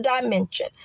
dimension